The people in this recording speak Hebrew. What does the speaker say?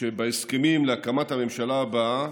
שבהסכמים להקמת הממשלה הבאה